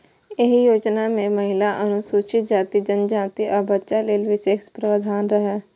एहि योजना मे महिला, अनुसूचित जाति, जनजाति, आ बच्चा लेल विशेष प्रावधान रहै